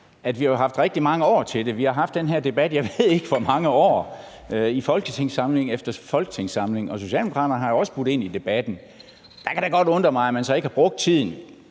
vi har haft rigtig mange år til det, altså at vi har haft den her debat i, jeg ved ikke hvor mange år, i folketingssamling efter folketingssamling, og Socialdemokraterne har jo også budt ind i debatten. Og der kan det godt undre mig, at man ikke har brugt tiden